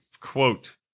quote